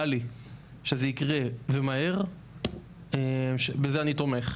ריאלי שזה יקרה ומהר, בזה אני תומך.